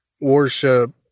worship